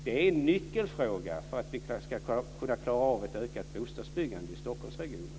Det är en nyckelfråga för att vi ska kunna klara av ett ökat bostadsbyggande i Stockholmsregionen.